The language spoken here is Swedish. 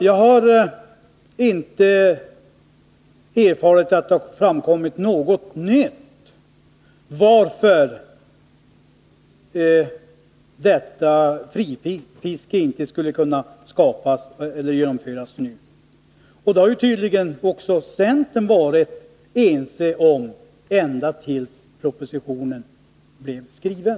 Jag har alltså inte erfarit att det framkommit något nytt som talar för att detta fritidsfiske inte skulle kunna genomföras nu. Tydligen har man också inom centern varit ense på den här punkten ända tills propositionen blev skriven.